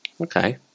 Okay